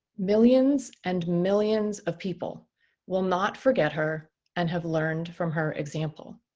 millions and millions of people will not forget her and have learned from her example.